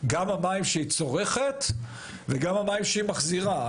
גם המים שהיא צורכת וגם המים שהיא מחזירה,